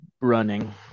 running